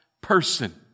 person